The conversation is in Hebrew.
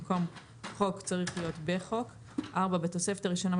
במקום "חוק" צריך להיות "בחוק"; בתוספת הראשונה,